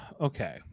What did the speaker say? okay